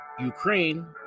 Ukraine